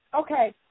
okay